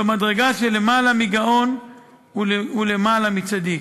זו מדרגה שלמעלה מגאון ולמעלה מצדיק.